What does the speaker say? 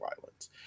violence